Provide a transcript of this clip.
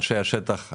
אנשי השטח,